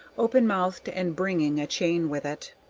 open-mouthed, and bringing a chain with it.